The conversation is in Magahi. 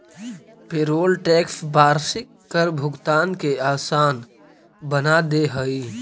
पेरोल टैक्स वार्षिक कर भुगतान के असान बना दे हई